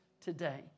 today